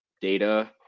data